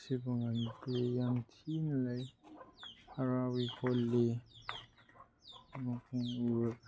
ꯌꯥꯝ ꯊꯤꯅ ꯂꯩ ꯍꯔꯥꯎꯏ ꯈꯣꯠꯂꯤ ꯑꯃꯨꯛ ꯍꯟꯅ ꯎꯔꯒ